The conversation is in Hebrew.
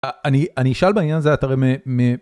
אני אני אשאל בעניין זה את הרי מ.